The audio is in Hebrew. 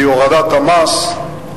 כי הורדת המס,